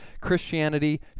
Christianity